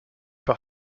par